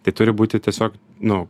tai turi būti tiesiog nu